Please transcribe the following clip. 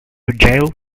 jail